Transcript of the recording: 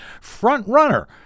front-runner